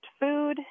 food